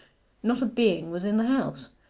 not a being was in the house.